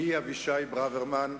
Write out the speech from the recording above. אני, אבישי ברוורמן,